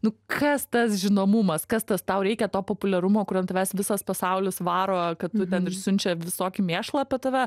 nu kas tas žinomumas kas tas tau reikia to populiarumo kur ant tavęs visas pasaulis varo kad tu ten ir siunčia visokį mėšlą apie tave